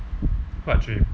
what dream